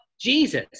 Jesus